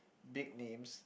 big names